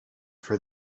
for